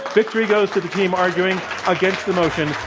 victory goes to the team arguing against the motion,